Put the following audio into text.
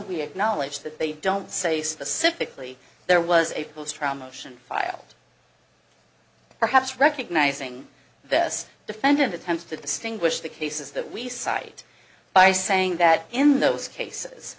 we acknowledge that they don't say specifically there was a full trial motion filed perhaps recognizing this defendant attempts to distinguish the cases that we cite by saying that in those cases